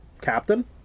Captain